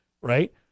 right